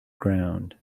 ground